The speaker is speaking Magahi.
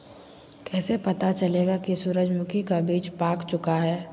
कैसे पता चलेगा की सूरजमुखी का बिज पाक चूका है?